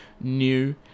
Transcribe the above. new